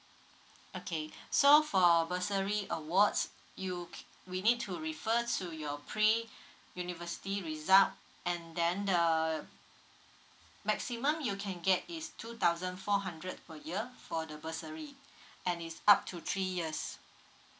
okay so for bursary awards you we need to refer to your pre university result and then the maximum you can get is two thousand four hundred per year for the bursary and is up to three years